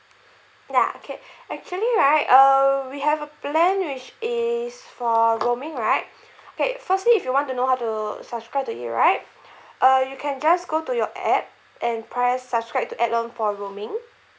ya okay actually right uh we have a plan which is for roaming right okay firstly if you want to know how to subscribe to it right uh you can just go to your app and press subscribe to add on for roaming